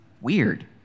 Weird